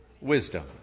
wisdom